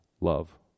love